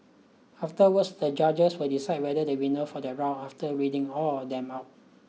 afterwards the judge will decide whether the winner for the round after reading all of them out